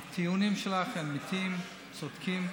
הטיעונים שלך הם אמיתיים, צודקים,